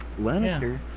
Lannister